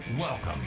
welcome